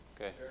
Okay